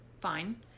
fine